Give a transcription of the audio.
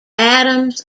adams